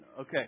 Okay